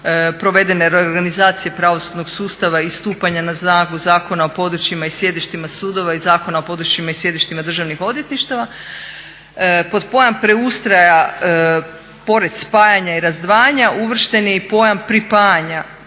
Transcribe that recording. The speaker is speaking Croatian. provedene reorganizacije pravosudnog sustava i stupanja na snagu Zakona o područjima i sjedištima sudova i Zakona o područjima i sjedištima državnih odvjetništava. Pod pojam preustroja pored spajanja i razdvajanja uvršten je i pojam pripajanja